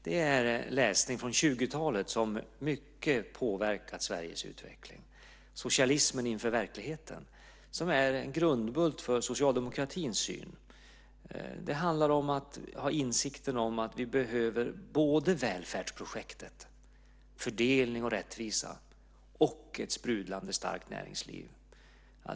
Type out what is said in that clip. Det är läsning från 1920-talet som mycket har påverkat Sveriges utveckling, Socialismen inför verkligheten . Det är en grundbult för socialdemokratins syn. Det handlar om att ha insikten om att vi behöver både välfärdsprojekt, fördelning och rättvisa och ett sprudlande starkt näringsliv.